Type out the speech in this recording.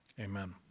amen